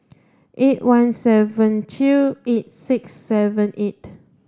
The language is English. eight one seven two eight six seven eight